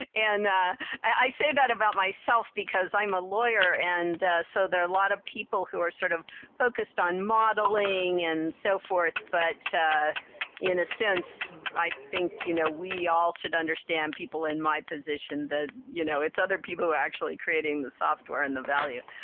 and and i say that about myself because i'm a lawyer. and ah so there are a lot of people who are sort of focused on modeling and so forth, but in a sense i think you know we all should understand people in my position that you know it's other people who are actually creating the software and the value.